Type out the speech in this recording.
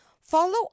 follow